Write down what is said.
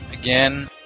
again